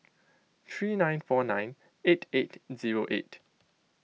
three nine four nine eight eight zero eight